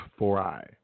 fori